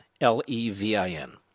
L-E-V-I-N